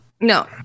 no